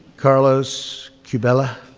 carlos curbelo,